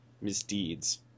misdeeds